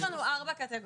יש לנו ארבע קטגוריות.